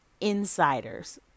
insiders